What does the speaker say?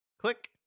Click